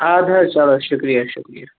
اَدٕ حظ چلو شُکریہ شُکریہ